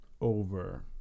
over